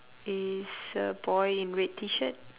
is a boy in red T-shirt